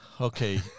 Okay